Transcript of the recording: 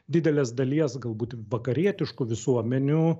didelės dalies galbūt vakarietiškų visuomenių